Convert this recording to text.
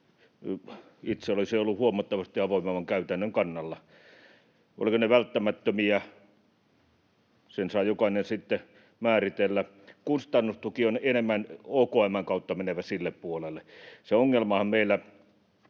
Itse olisin ollut huomattavasti avoimemman käytännön kannalla. Olivatko ne välttämättömiä? Sen saa jokainen sitten määritellä. Kustannustuki on enemmän OKM:n kautta menevä sille puolelle. Se ongelmahan meillä